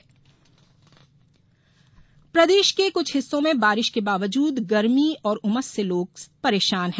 मौसम प्रदेश के कुछ हिस्सों में बारिश के बावजूद गर्मी और उमस से लोग से परेशान है